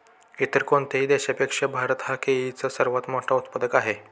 इतर कोणत्याही देशापेक्षा भारत हा केळीचा सर्वात मोठा उत्पादक आहे